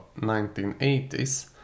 1980s